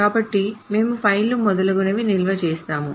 కాబట్టి మేము ఫైళ్లు మొదలగునవి నిల్వ చేస్తాము